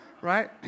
Right